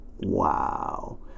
wow